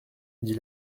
dit